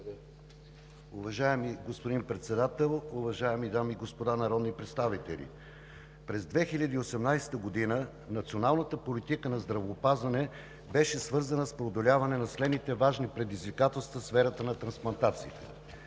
Уважаеми господин Председател, уважаеми дами и господа народни представители! През 2018 г. националната политика на здравеопазване беше свързана с преодоляване на следните важни предизвикателства в сферата на трансплантациите: